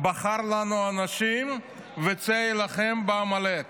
"בחר לנו אנשים וצא הילחם בעמלק".